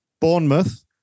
Bournemouth